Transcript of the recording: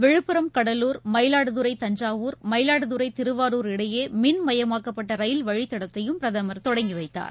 விழுப்புரம் கடலூர் மயிலாடுதுறை தஞ்சாவூர் மயிலாடுதுறை திருவாரூர் இடையே மின்மயமாக்கப்பட்ட ரயில் வழித்தடத்தையும் பிரதமர் தொடங்கி வைத்தார்